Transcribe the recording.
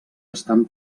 estan